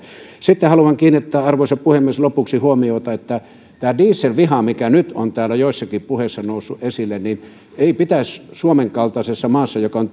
sitten haluan kiinnittää arvoisa puhemies lopuksi huomiota dieselvihaan joka nyt on täällä joissakin puheissa noussut esille ei pitäisi suomen kaltaisessa maassa joka on